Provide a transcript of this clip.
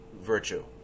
virtue